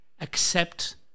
accept